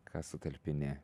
ką sutalpini